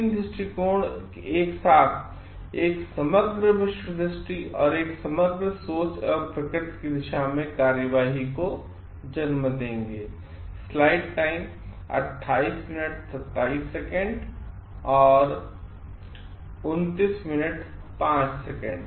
सभी तीन दृश्टिकोण एक साथएकसमग्र विश्वदृष्टि और एक समग्र सोच और प्रकृति की दिशा में कार्रवाईको जन्म देंगे